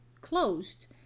closed